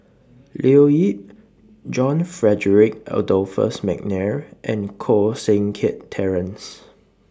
Leo Yip John Frederick Adolphus Mcnair and Koh Seng Kiat Terence